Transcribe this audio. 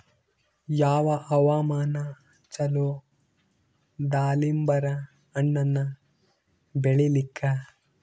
ಯಾವ ಹವಾಮಾನ ಚಲೋ ದಾಲಿಂಬರ ಹಣ್ಣನ್ನ ಬೆಳಿಲಿಕ?